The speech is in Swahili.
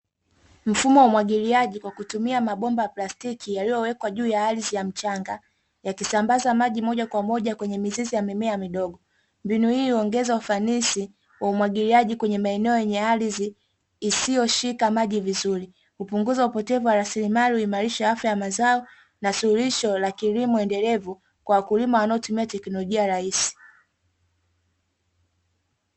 Mfumo wa umwagiliaji kwa kutumia mabomba ya plastiki yaliyowekwa juu ya ardhi ya mchanga yakisambaza maji moja kwa moja kwenye mizizi ya mimea midogo. Mbinu hii huongeza ufanisi wa umwagiliaji kwenye maeneo yenye ardhi isiyoshika maji vizuri.